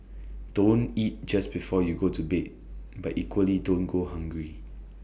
don't eat just before you go to bed but equally don't go hungry